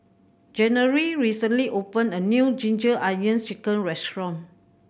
January recently opened a new Ginger Onions Chicken restaurant